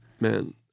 Man